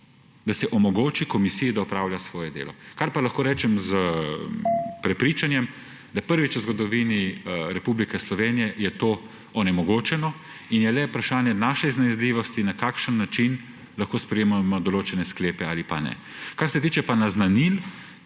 da se omogoči komisiji, da opravlja svoje delo. Kar pa lahko rečem s prepričanjem, je, da je prvič v zgodovini Republike Slovenije to onemogočeno in je le vprašanje naše iznajdljivosti, na kakšen način lahko sprejemamo določene sklepe ali pa ne. Kar se tiče pa naznanil,